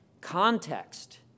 Context